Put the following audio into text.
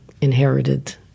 inherited